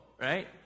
right